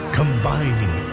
combining